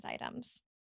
items